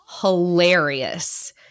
hilarious